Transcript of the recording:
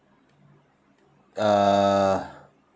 uh